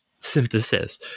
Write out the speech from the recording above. synthesis